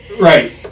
Right